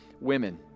women